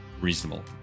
reasonable